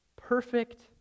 perfect